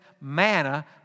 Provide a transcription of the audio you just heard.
manna